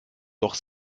doch